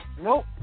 Nope